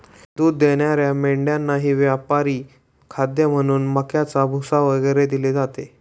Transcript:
दूध देणाऱ्या मेंढ्यांनाही व्यापारी खाद्य म्हणून मक्याचा भुसा वगैरे दिले जाते